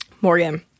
Morgan